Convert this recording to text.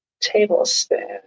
Tablespoon